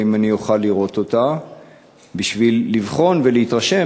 האם אני אוכל לראות אותה בשביל לבחון ולהתרשם